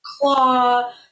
claw